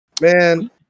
Man